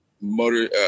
motor